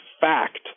fact